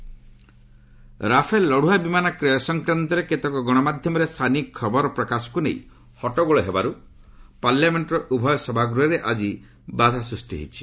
ପାର୍ଲ adjourn Rafale ଲଢୁଆ ବିମାନ କ୍ରୟ ସଂକ୍ରାନ୍ତରେ କେତେକ ଗଣମାଧ୍ୟମରେ ସାନି ଖବର ପ୍ରକାଶକୁ ନେଇ ହଟ୍ଟଗୋଳ ହେବାରୁ ପାର୍ଲାମେଣ୍ଟର ଉଭୟ ସଭାଗୃହରେ ଆଜି ବାଧା ସ୍ପଷ୍ଟି ହୋଇଛି